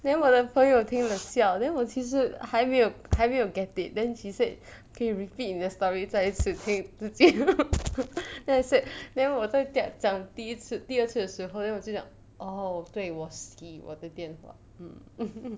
then 我的朋友听了笑 then 我其实还没有还没有 get it then she said okay repeat 你的 story 再一次可以 then 我 said 我在讲第一次第二次的时候 then 我就讲 oh 对我洗我的电话